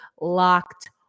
locked